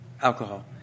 Alcohol